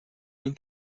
این